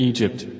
Egypt